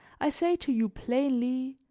i say to you plainly.